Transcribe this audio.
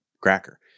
cracker